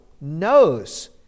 knows